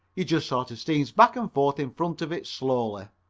you just sort of steam back and forth in front of it slowly.